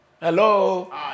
Hello